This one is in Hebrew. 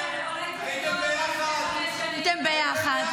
------ הייתם ביחד,